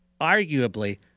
arguably